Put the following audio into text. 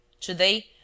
Today